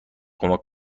کمک